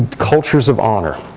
cultures of honor,